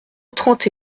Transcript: trente